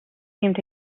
seemed